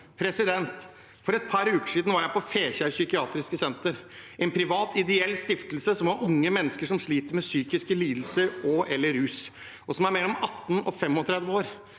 knappen. For et par uker siden var jeg på Fekjær psykiatriske senter, en privat, ideell stiftelse for unge mennesker som sliter med psykiske lidelser og/eller rus, og som er mellom 18 og 35 år.